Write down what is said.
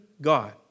God